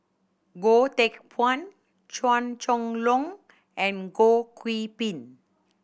Goh Teck Phuan Chua Chong Long and Goh Qiu Bin